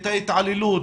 את ההתעללות.